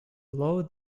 low